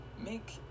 Make